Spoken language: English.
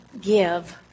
give